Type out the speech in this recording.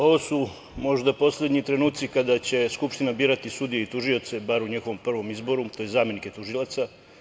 Ovo su možda poslednji trenuci kada će Skupština birati sudije i tužioce, bar u njihovom prvom izboru, tj. zamenike tužilaca.